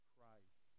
Christ